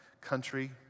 country